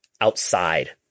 outside